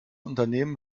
unternehmen